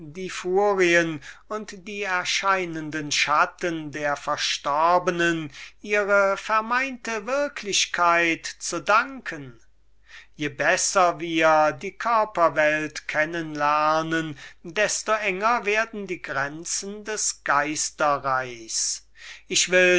die furien und die erscheinenden schatten der verstorbnen ihre vermeinte würklichkeit zu danken je besser wir die körperwelt kennen lernen desto enger werden die grenzen des geister reichs ich will